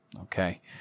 Okay